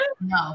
no